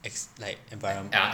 it's like environment